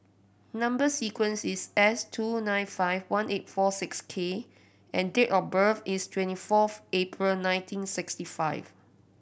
number sequence is S two nine five one eight four six K and date of birth is twenty fourth April nineteen sixty five